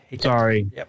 sorry